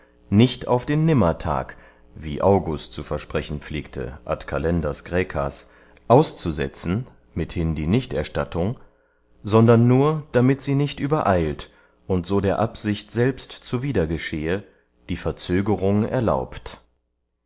nicht auf den nimmertag wie august zu versprechen pflegte ad calendas graecas auszusetzen mithin die nichterstattung sondern nur damit sie nicht übereilt und so der absicht selbst zuwider geschehe die verzögerung erlaubt